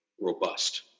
robust